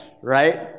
right